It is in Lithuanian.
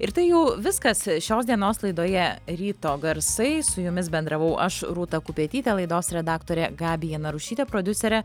ir tai jau viskas šios dienos laidoje ryto garsai su jumis bendravau aš rūta kupetytė laidos redaktorė gabija narušytė prodiuserė